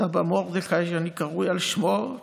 וסבא מרדכי, שאני קרוי על שמו,